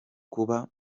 kuba